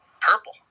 purple